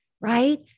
right